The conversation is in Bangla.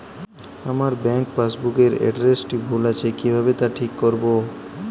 আমার ব্যাঙ্ক পাসবুক এর এড্রেসটি ভুল আছে কিভাবে তা ঠিক করবো?